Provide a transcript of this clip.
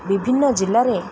ବିଭିନ୍ନ ଜିଲ୍ଲାରେ